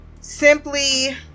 simply